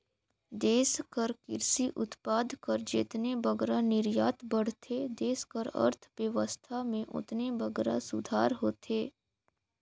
देस कर किरसी उत्पाद कर जेतने बगरा निरयात बढ़थे देस कर अर्थबेवस्था में ओतने बगरा सुधार होथे